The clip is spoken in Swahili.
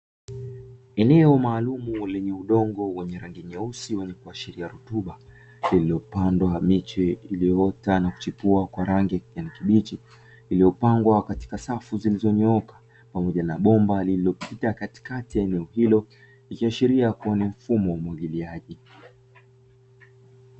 Eneo maalumu lenye udongo wenye rangi nyeusi wenye kuashiria rutuba, lililopandwa miche iliyoota na kuchipua kwa rangi ya kijani kibichi, iliyopangwa katika safu zilizonyooka, pamoja na bomba lililopita katikati ya eneo hilo; likiashiria kuwa na mfumo wa umwagiliaji.